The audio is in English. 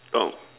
oh